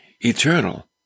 eternal